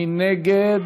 מי נגד?